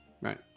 Right